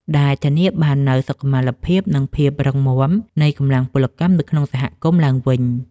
ដែលធានាបាននូវសុខុមាលភាព និងភាពរឹងមាំនៃកម្លាំងពលកម្មនៅក្នុងសង្គមឡើងវិញ។